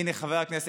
הינה, חבר הכנסת